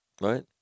right